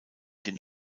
den